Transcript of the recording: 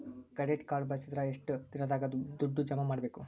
Credit card ಬಳಸಿದ ಎಷ್ಟು ದಿನದಾಗ ದುಡ್ಡು ಜಮಾ ಮಾಡ್ಬೇಕು?